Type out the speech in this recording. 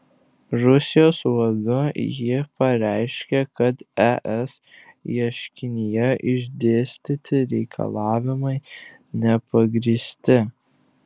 rusijos vadu ji pareiškė kad es ieškinyje išdėstyti reikalavimai nepagrįsti